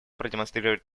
продемонстрировать